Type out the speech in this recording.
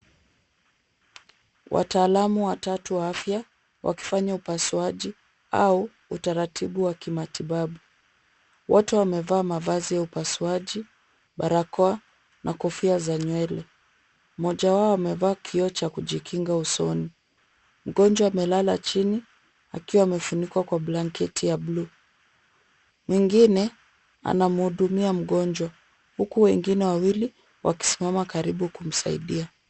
Wataalam watatu wa afya wakifanya upasuaji au utaratibu wa kimatibabu. Wote wamevaa mavazi ya upasuaji, barakoa na kofia za nywele. Mmoja wao amevaa kioo cha kujikinga usoni. Mgonjwa amelala chini akiwa amefunikwa kwa blanketi ya blue . Mwingine anamhudumia mgonjwa huku wengine wawili wakisimama karibu kumsaidia.